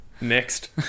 Next